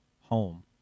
home